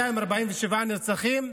247 נרצחים,